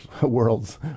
world's